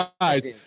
guys